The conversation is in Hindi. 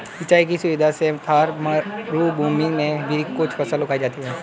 सिंचाई की सुविधा से थार मरूभूमि में भी कुछ फसल उगाई जाती हैं